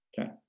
Okay